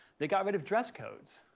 they got rid of dress codes.